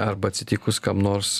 arba atsitikus kam nors